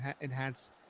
enhance